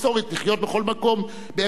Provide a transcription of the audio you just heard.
לחיות בכל מקום בארץ-ישראל,